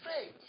Faith